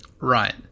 Right